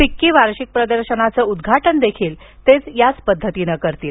FICCI वार्षिक प्रदर्शनाचं उद्घाटन देखील ते याच पद्धतीनं करतील